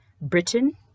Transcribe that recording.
Britain